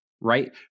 right